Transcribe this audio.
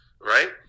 right